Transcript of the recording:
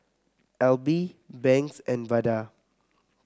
Alby Banks and Vada